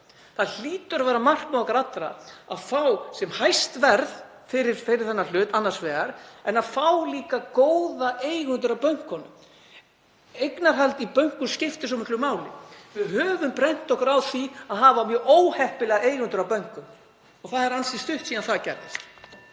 Það hlýtur að vera markmið okkar allra að fá sem hæst verð fyrir þennan hlut en að fá líka góða eigendur að bönkunum. Eignarhald í bönkum skiptir svo miklu máli. Við höfum brennt okkur á því að hafa mjög óheppilega eigendur að bönkum og það er ansi stutt síðan það gerðist.